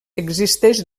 existeix